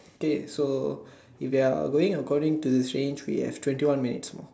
okay so if they are going according to sayings we have twenty one minutes more